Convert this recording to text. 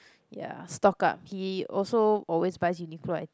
ya stock up he also always buys Uniqlo